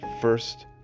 first